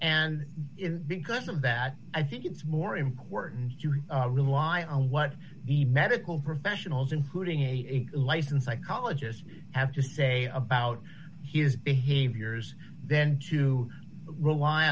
and because of that i think it's more important to rely on what the medical professionals including a life and psychologist have to say about his behaviors then to rely